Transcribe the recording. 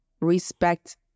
respect